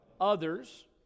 Others